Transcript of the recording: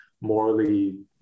morally